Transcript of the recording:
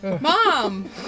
Mom